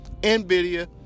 NVIDIA